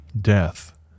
death